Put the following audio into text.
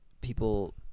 people